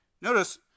Notice